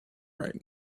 right